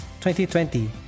2020